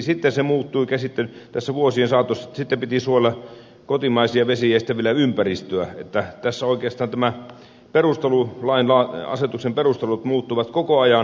sitten se muuttui tässä vuosien saatossa niin että sitten piti suojella kotimaisia vesiä ja sitten vielä ympäristöä tässä oikeastaan nämä asetuksen perustelut muuttuivat koko ajan